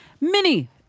mini